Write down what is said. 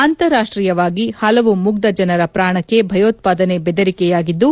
ಅಂತಾರಾಷ್ಲೀಯವಾಗಿ ಹಲವು ಮುಗ್ದಜನರ ಪ್ರಾಣಕ್ಕೆ ಭಯೋತ್ವಾದನೆ ಬೆದರಿಕೆಯಾಗಿದ್ದು